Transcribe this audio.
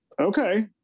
okay